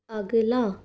अगला